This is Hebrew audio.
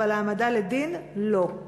אבל העמדה לדין לא.